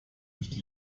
nicht